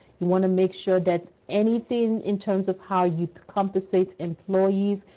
you want to make sure that. anything in terms of how you compensate employees,